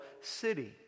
city